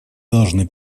должны